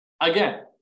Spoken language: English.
Again